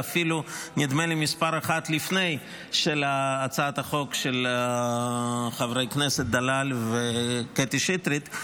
נדמה לי שהיא מספר אחד לפני הצעת החוק של חברי הכנסת דלל וקטי שטרית.